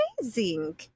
amazing